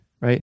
Right